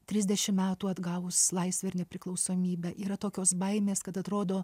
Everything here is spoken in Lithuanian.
trisdešim metų atgavus laisvę ir nepriklausomybę yra tokios baimės kad atrodo